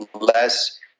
less